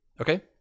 Okay